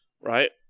Right